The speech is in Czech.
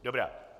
Dobrá.